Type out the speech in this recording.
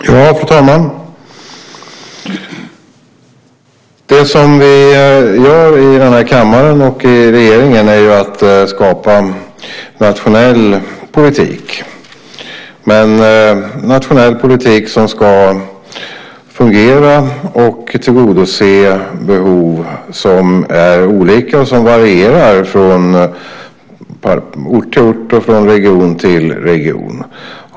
Fru talman! Det vi gör här i kammaren och i regeringen är att skapa nationell politik. Det är en nationell politik som ska fungera och tillgodose olika behov och som varierar från ort till ort och från region till region.